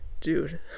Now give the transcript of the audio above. dude